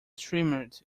shimmered